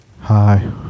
Hi